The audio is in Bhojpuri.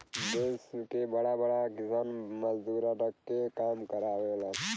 देस के बड़ा बड़ा किसान मजूरा रख के काम करावेलन